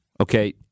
okay